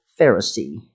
Pharisee